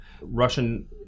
Russian